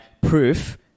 proof